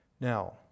Now